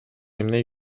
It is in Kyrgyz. эмне